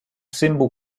symbol